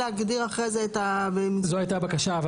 זו הייתה בקשה,